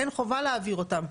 אין חובה להעביר אותם,